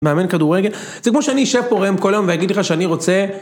מאמן כדורגל, זה כמו שאני אשב פה ראם כל יום ואגיד לך שאני רוצה...